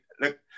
Look